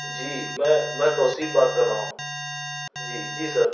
جی میں میں توصیف بات کر رہا ہوں جی جی سر